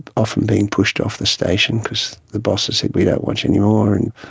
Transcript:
often being pushed off the station because the bosses said, we don't want you any more. and